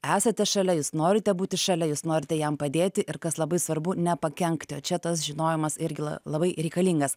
esate šalia jūs norite būti šalia jūs norite jam padėti ir kas labai svarbu nepakenkti čia tas žinojimas irgi labai reikalingas